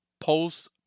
post